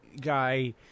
guy